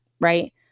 Right